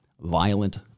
Violent